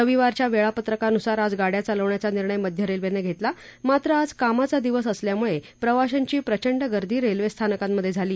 रविवारच्या वेळापत्रकान्सार आज गाड्या चालवण्याचा निर्णय मध्य रेल्वेनं घेतला मात्र आज कामाचा दिवस असल्यामुळे प्रवाशांची प्रचंड गर्दी रेल्वेस्थानकांमधे झाली